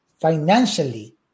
financially